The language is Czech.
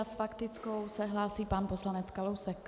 S faktickou se hlásí pan poslanec Kalousek.